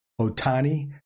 Otani